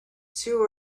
two